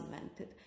invented